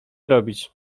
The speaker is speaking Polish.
robić